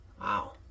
Wow